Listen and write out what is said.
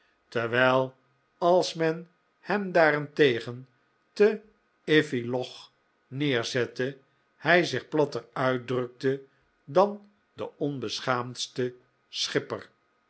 terwijl als men hem daarentegen te iffley loch neerzette hij zich platter uitdrukte dan de onbeschaamdste schipper